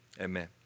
amen